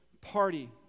party